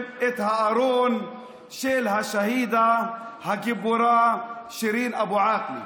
את הארון של השהידה הגיבורה שירין אבו עאקלה.